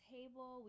Table